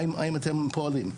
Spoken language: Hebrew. האם אתם פועלים.